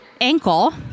ankle